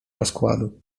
rozkładu